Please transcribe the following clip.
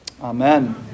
Amen